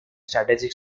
strategic